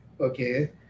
okay